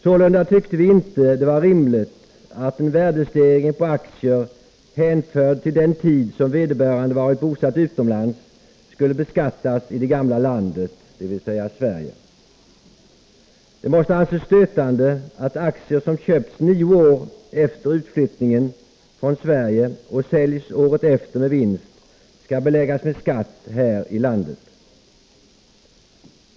Sålunda tyckte vi inte det var rimligt att en värdestegring på aktier hänförlig till den tid som vedebörande varit bosatt utomlands skulle beskattas i det gamla landet — dvs. Sverige. Det måste anses stötande att aktier som köpts nio år efter utflyttningen från Sverige och säljs året efter med vinst skall beläggas med skatt här i Sverige.